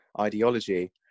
ideology